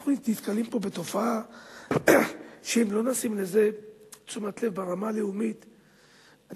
אנחנו נתקלים פה בתופעה שאם לא נשים אליה תשומת לב ברמה הלאומית אנחנו,